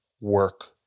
work